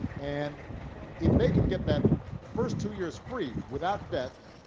and if they can get that first two years free without debt,